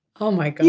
oh my god.